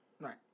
Right